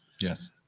Yes